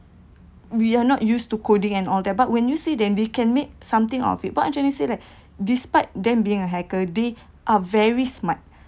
we're not used to coding and all that but when you see that they can make something of it what I'm trying to say like despite them being a hacker they are very smart